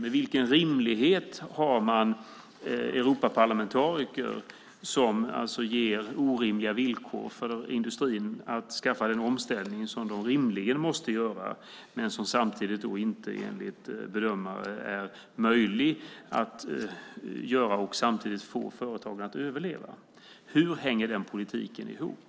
Med vilken rimlighet har man Europaparlamentariker som ger orimliga villkor för industrin att skaffa en omställning som den rimligen måste göra men som samtidigt inte enligt bedömare är möjlig att göra och samtidigt få företagen att överleva? Hur hänger den politiken ihop?